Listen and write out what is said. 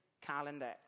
calendar